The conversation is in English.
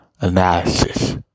analysis